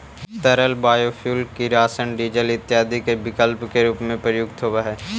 तरल बायोफ्यूल किरासन, डीजल इत्यादि के विकल्प के रूप में प्रयुक्त होवऽ हई